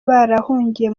barahungiye